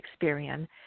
Experian